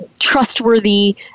trustworthy